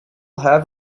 have